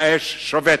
האש שובתת.